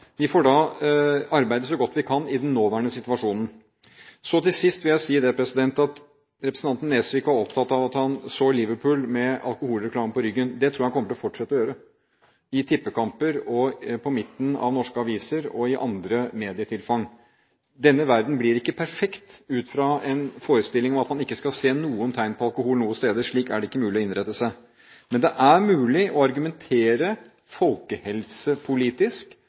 Vi får arbeide så godt vi kan i den nåværende situasjonen. Til sist vil jeg si til representanten Nesvik, som var opptatt av at han så Liverpool med alkoholreklame på ryggen, at det tror jeg han kommer til å fortsette å gjøre, i tippekamper, i midten av norske aviser og i andre medietilfang. Denne verden blir ikke perfekt ut fra en forestilling om at man ikke skal se noen tegn på alkoholreklame noen steder. Slik er det ikke mulig å innrette seg. Men det er mulig å argumentere